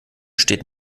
steht